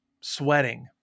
sweating